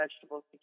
vegetables